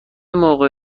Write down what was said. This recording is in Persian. موقع